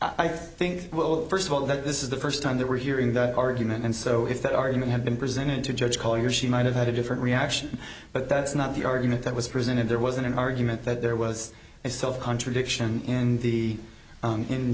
i think well first of all that this is the first time that we're hearing that argument and so if that argument had been presented to a judge call your she might have had a different reaction but that's not the argument that was presented there was an argument that there was a self contradiction in the